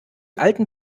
alten